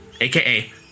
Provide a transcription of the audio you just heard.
aka